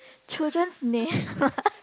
children's name